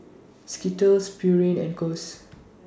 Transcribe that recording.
Skittles Pureen and Kose